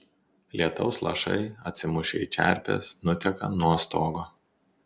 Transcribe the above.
lietaus lašai atsimušę į čerpes nuteka nuo stogo